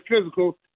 physical